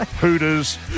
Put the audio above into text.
hooters